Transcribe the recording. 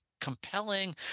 compelling